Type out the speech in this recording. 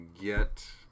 get